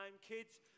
Kids